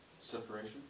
Separation